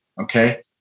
okay